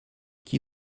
qui